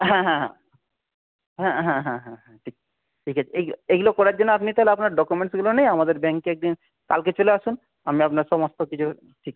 হ্যাঁ হ্যাঁ হ্যাঁ হ্যাঁ হ্যাঁ হ্যাঁ ঠিক ঠিক আছে এই এইগুলো করার জন্যে আপনি তাহলে আপনার ডকমেন্টসগুলো নিয়ে আমাদের ব্যাঙ্কে একদিন কালকে চলে আসুন আমরা আপনার সমস্ত কিছু ঠিক